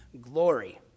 glory